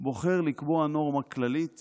בוחר לקבוע נורמה כללית